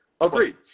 Agreed